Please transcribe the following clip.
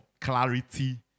clarity